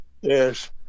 Yes